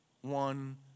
one